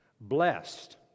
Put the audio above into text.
blessed